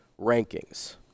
rankings